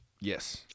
Yes